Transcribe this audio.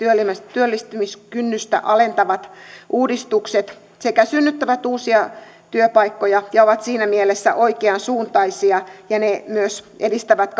työllistämiskynnystä alentavat uudistukset sekä synnyttävät uusia työpaikkoja ja ovat siinä mielessä oikeansuuntaisia että myös edistävät